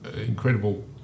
incredible